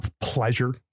pleasure